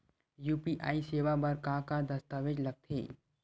UPI सेवा बर का का दस्तावेज लगथे?